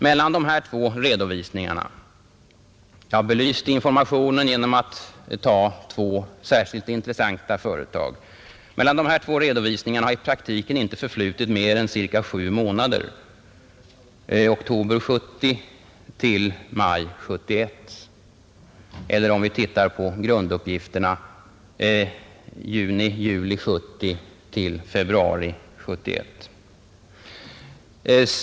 Jag ville belysa informationen genom att ta två särskilt intressanta företag. Mellan de här två redovisningarna har i praktiken inte förflutit mer än ca 7 månader: oktober 1970 - maj 1971 eller, om vi tittar på grunduppgifterna, juni/juli 1970 - februari 1971.